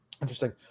Interesting